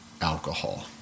alcohol